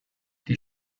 die